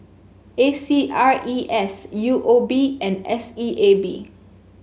A C R E S U O B and S E A B